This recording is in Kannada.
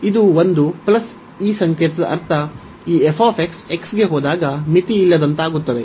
ಇದು ಒಂದು ಈ ಸಂಕೇತದ ಅರ್ಥ ಈ f x ಗೆ ಹೋದಾಗ ಮಿತಿಯಿಲ್ಲದಂತಾಗುತ್ತದೆ